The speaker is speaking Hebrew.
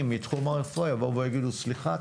מתחום הרפואה יבואו ויגידו: סליחה,